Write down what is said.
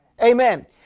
Amen